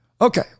Okay